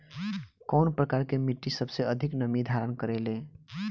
कउन प्रकार के मिट्टी सबसे अधिक नमी धारण करे ले?